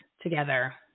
together